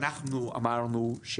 שאנחנו אמרנו,